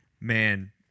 Man